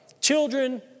children